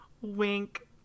Wink